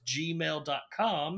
gmail.com